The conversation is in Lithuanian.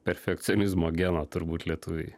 perfekcionizmo geną turbūt lietuviai